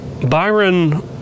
Byron